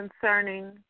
concerning